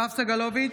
יואב סגלוביץ'